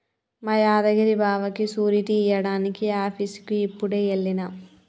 మా యాదగిరి బావకి సూరిటీ ఇయ్యడానికి ఆఫీసుకి యిప్పుడే ఎల్లిన